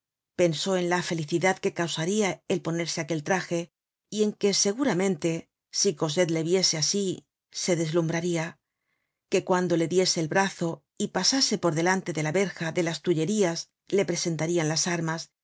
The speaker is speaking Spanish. pensó en la felicidad que causaria el ponerse aquel traje y en que seguramente si cosette le viese asi se deslumhraria que cuando le diese el brazo y pasase por delante de la verja de las tullerías le presentarian las armas